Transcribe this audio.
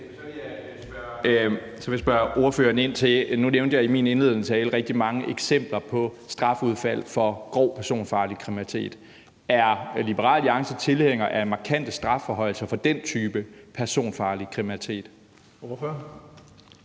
så vil jeg spørge ordføreren om noget. Nu nævnte jeg i min indledende tale rigtig mange eksempler på strafudfaldet af grov personfarlig kriminalitet. Er Liberal Alliance tilhænger af markante strafforhøjelser for den type personfarlig kriminalitet? Kl.